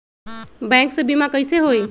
Bank से बिमा कईसे होई?